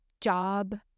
job